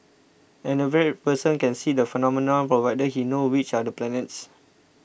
an average person can see the phenomenon provided he knows which are the planets